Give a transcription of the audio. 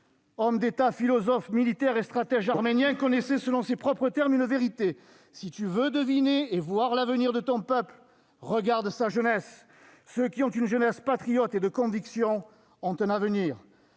homme d'État, philosophe, militaire et stratège arménien, connaissait, selon ses propres termes, une vérité :« Si tu veux deviner et voir l'avenir de ton peuple, regarde sa jeunesse. Ceux qui ont une jeunesse patriote et de conviction ont un avenir.